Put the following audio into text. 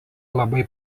labai